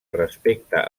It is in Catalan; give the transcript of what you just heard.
respecte